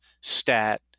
stat